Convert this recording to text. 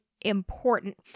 important